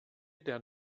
der